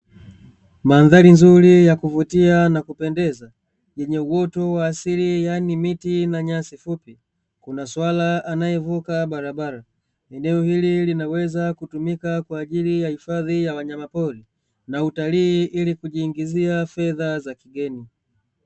Mandhari nzuri ya kuvutia na kupendeza yenye uoto wa asili yaani miti na nyasi fupi, kuna swala anayevuka barabara, eneo hili linaweza kutumika kwaajili ya hifadhi ya wanyamapori na utalii ili kujiingizia fedha za kigeni.